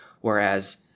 Whereas